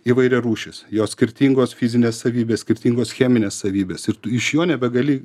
įvairiarūšis jo skirtingos fizinės savybės skirtingos cheminės savybės ir iš jo nebegali